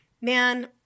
man